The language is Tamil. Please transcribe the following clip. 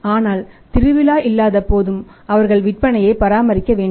ஆனால் திருவிழா இல்லாதபோதும் அவர்கள் விற்பனையை பராமரிக்க வேண்டும்